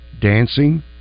dancing